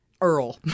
Earl